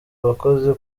abakozi